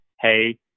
Hey